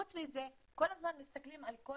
חוץ מזה, כל הזמן מסתכלים על כל